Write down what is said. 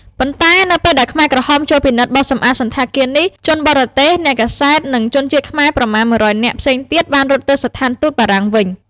ប៉ុន្តែនៅពេលដែលខ្មែរក្រហមចូលពិនិត្យបោសសម្អាតសណ្ឋាគារនេះ ជនបរទេស អ្នកកាសែត និងជនជាតិខ្មែរប្រមាណ ១០០ នាក់ផ្សេងទៀតបានរត់ទៅស្ថានទូតបារាំងវិញ។